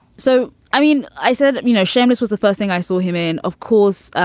so, i mean, i said, you know, seamus was the first thing i saw him in. of course.